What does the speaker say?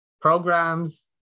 programs